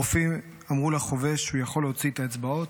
הרופאים אמרו לחובש שהוא יכול להוציא את האצבעות,